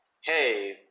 hey